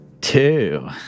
Two